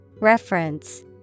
Reference